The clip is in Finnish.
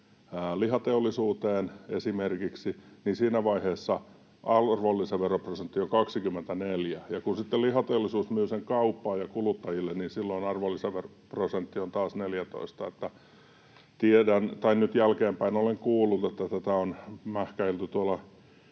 eläimen esimerkiksi lihateollisuuteen, arvonlisäveroprosentti on 24. Ja kun sitten lihateollisuus myy sen kauppaan ja kuluttajille, silloin arvonlisäveroprosentti on taas 14. Nyt jälkeenpäin olen kuullut, että tätä